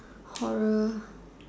horror